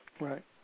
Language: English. Right